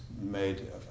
made